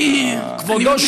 אני מבין.